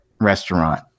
restaurant